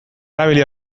erabili